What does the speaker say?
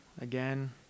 again